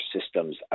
systems